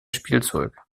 spielzeug